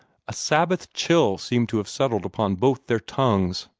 a sabbath chill seemed to have settled upon both their tongues.